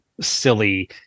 silly